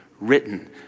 written